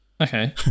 Okay